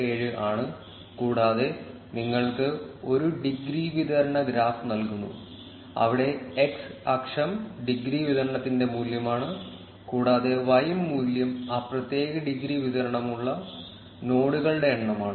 577 ആണ് കൂടാതെ നിങ്ങൾക്ക് ഒരു ഡിഗ്രി വിതരണ ഗ്രാഫ് നൽകുന്നു അവിടെ x അക്ഷം ഡിഗ്രി വിതരണത്തിന്റെ മൂല്യമാണ് കൂടാതെ y മൂല്യം ആ പ്രത്യേക ഡിഗ്രി വിതരണമുള്ള നോഡുകളുടെ എണ്ണമാണ്